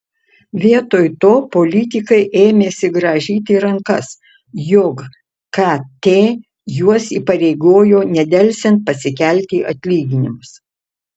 vietoj to politikai ėmėsi grąžyti rankas jog kt juos įpareigojo nedelsiant pasikelti atlyginimus